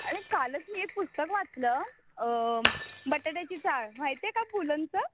अरे कालच मी एक पुस्तक वाचलं बटाट्याची चाळ माहिती आहे का पुलंचं